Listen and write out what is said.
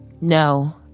No